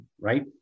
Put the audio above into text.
right